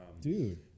Dude